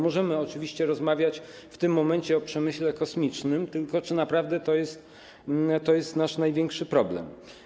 Możemy oczywiście rozmawiać w tym momencie o przemyśle kosmicznym, tylko czy naprawdę to jest nasz największy problem?